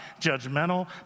judgmental